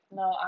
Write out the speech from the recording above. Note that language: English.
no